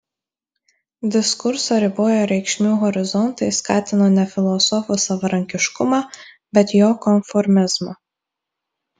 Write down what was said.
diskursą riboję reikšmių horizontai skatino ne filosofo savarankiškumą bet jo konformizmą